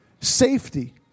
safety